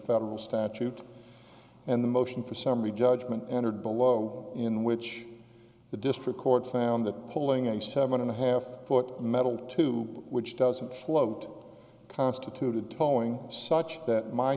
federal statute and the motion for summary judgment entered below in which the district court found that pulling a seven and a half foot metal tube which doesn't float constituted towing such that my